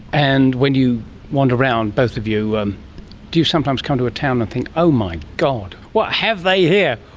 and when you wander around, both of you um do you sometimes come to a town and think, oh my god, what have they here?